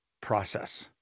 process